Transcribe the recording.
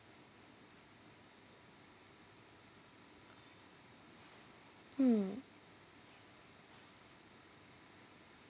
um